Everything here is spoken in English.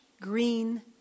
green